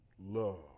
love